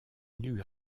élue